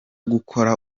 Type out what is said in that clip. gukora